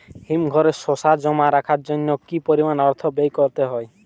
হিমঘরে শসা জমা রাখার জন্য কি পরিমাণ অর্থ ব্যয় করতে হয়?